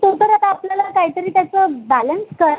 तो तर आता आपल्याला कायतरी त्याचं बॅलन्स करा